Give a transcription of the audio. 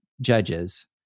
judges